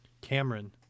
Cameron